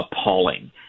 appalling